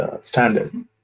standard